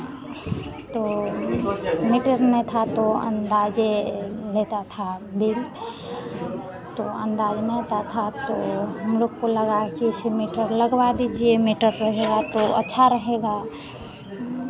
तो मीटर नहीं था तो अंदाजे लेता था बिल तो अंदाज नहीं ता था तो हम लोग को लगा कि ऐसे मीटर लगवा दीजिए मीटर रहेगा तो अच्छा रहेगा